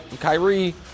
Kyrie